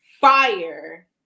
fire